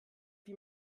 wie